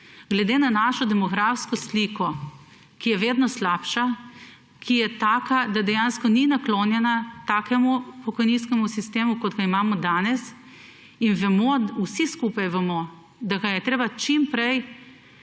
Glede na našo demografsko sliko, ki je vedno slabša, ki je taka, da dejansko ni naklonjena takemu pokojninskemu sistemu, kot ga imamo danes, in vsi skupaj vemo, da ga je treba čim prej